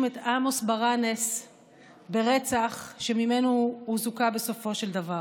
את עמוס ברנס ברצח שממנו הוא זוכה בסופו של דבר.